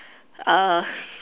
uh